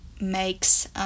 makes